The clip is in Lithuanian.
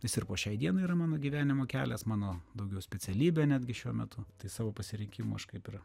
jis ir po šiai dienai yra mano gyvenimo kelias mano daugiau specialybė netgi šiuo metu tai savo pasirinkimu aš kaip ir